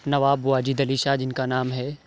نواب واجد علی شاہ جن کا نام ہے